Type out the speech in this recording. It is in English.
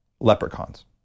Leprechauns